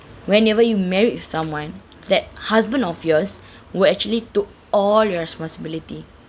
whenever you married someone that husband of yours will actually took all your responsibility